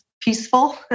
peaceful